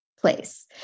place